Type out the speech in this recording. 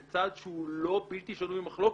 זה צעד שהוא לא בלתי שנוי במחלוקת.